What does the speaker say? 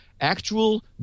actual